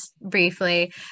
briefly